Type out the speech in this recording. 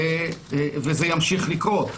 וזה ימשיך לקרות.